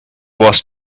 was